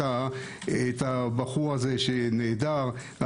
הבחור שנעדר,